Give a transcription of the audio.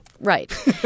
Right